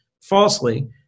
falsely